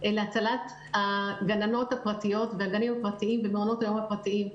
להצלת הגננות הפרטיות והגנים הפרטיים במעונות היום הפרטיים,